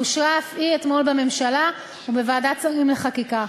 ואושרה אף היא אתמול בממשלה ובוועדת שרים לחקיקה.